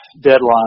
deadline